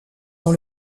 dans